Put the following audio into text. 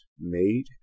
made